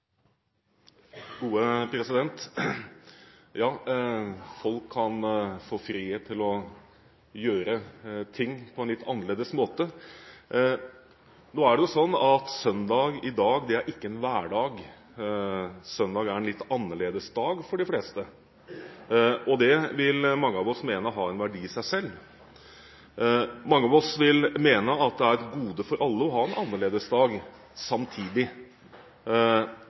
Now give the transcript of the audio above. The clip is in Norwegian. Folk kan få frihet til å gjøre ting på en litt annerledes måte. I dag er ikke søndag en hverdag – søndag er en litt annerledes dag for de fleste. Det vil mange av oss mene har en verdi i seg selv. Mange av oss vil mene at det er et gode for alle å ha en annerledes dag samtidig